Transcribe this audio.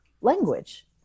language